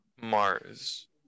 Mars